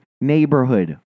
neighborhood